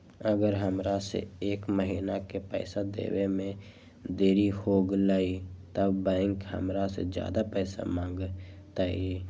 अगर हमरा से एक महीना के पैसा देवे में देरी होगलइ तब बैंक हमरा से ज्यादा पैसा मंगतइ?